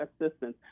assistance